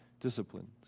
disciplines